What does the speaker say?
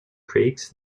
creeks